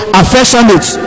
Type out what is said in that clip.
affectionate